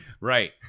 Right